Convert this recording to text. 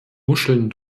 muscheln